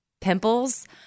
pimples